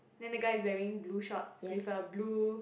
then the guy is wearing blue shorts with a blue